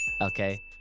okay